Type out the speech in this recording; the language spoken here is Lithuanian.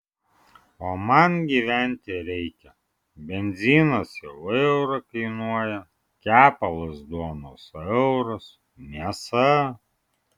o man gyventi reikia benzinas jau eurą kainuoja kepalas duonos euras mėsa